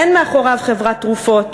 אין מאחוריו חברת תרופות,